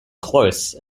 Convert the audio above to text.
close